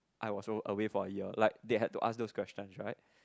I was away for a year like they had to ask those questions right